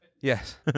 yes